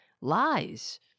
lies